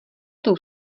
tou